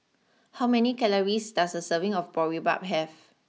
how many calories does a serving of Boribap have